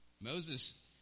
Moses